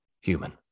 Human